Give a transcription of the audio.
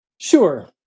Sure